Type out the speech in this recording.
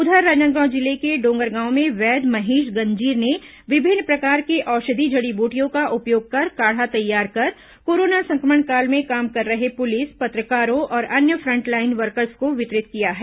उधर राजनांदगांव जिले के डोंगरगांव में वैद्य महेश गंजीर ने विभिन्न प्रकार के औषधीय जड़ी बूटियों का उपयोग कर काढ़ा तैयार कर कोरोना संक्रमण काल में काम कर रहे पुलिस पत्रकारों और अन्य फ़ंटलाइन वर्कर्स को वितरित किया है